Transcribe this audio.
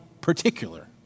particular